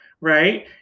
right